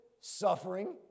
Suffering